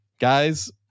Guys